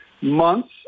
months